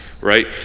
right